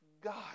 God